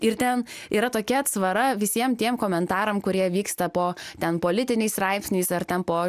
ir ten yra tokia atsvara visiem tiem komentaram kurie vyksta po ten politiniais straipsniais ar ten po